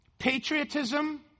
Patriotism